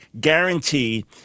guarantee